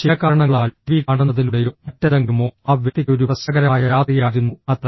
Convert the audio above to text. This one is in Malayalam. ചില കാരണങ്ങളാൽ ടിവി കാണുന്നതിലൂടെയോ മറ്റെന്തെങ്കിലുമോ ആ വ്യക്തിക്ക് ഒരു പ്രശ്നകരമായ രാത്രിയായിരുന്നു അത്